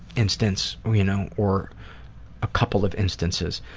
instance, you know, or a couple of instances.